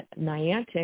Niantic